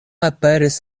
aperis